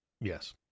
Yes